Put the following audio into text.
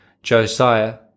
Josiah